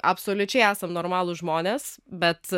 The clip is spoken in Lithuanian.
absoliučiai esam normalūs žmonės bet